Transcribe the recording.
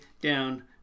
down